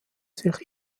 sich